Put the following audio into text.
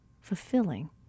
fulfilling